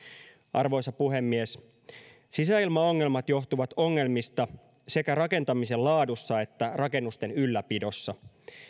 arvoisa puhemies sisäilmaongelmat johtuvat ongelmista sekä rakentamisen laadussa että rakennusten ylläpidossa